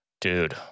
dude